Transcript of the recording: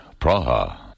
Praha